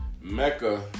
Mecca